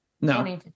No